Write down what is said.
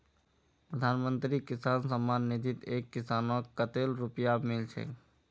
प्रधानमंत्री किसान सम्मान निधित एक किसानक कतेल रुपया मिल छेक